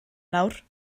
nawr